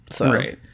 Right